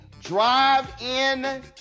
drive-in